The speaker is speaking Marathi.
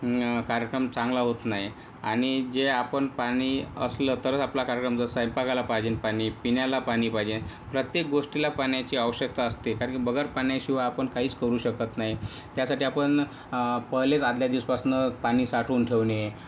कार्यक्रम चांगला होत नाही आणि जे आपण पाणी असलं तरच आपला कार्यक्रम स्वैंपाकाला पाहिजेल पाणी पिण्याला पाणी पाहिजे प्रत्येक गोष्टीला पाण्याची आवश्यकता असते कारण की बिगर पाण्याशिवाय आपण काही करू शकत नाही त्यासाठी आपण पहिलेच आदल्या दिवसापासून पाणी साठवून ठेवणे